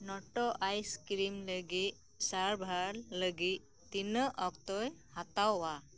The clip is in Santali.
ᱱᱳᱴᱳ ᱟᱭᱤᱥᱠᱨᱤᱢ ᱞᱟᱹᱜᱤᱫ ᱥᱟᱨᱵᱷᱟᱨ ᱞᱟᱹᱜᱤᱫ ᱛᱤᱱᱟᱹᱜ ᱚᱠᱛᱚᱭ ᱦᱟᱛᱟᱣᱟ